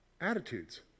Attitudes